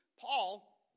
Paul